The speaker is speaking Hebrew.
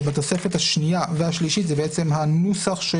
והתוספת השנייה והשלישית זה הנוסח של